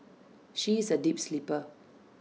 she is A deep sleeper